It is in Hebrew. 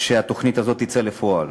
שהתוכנית הזאת תצא לפועל,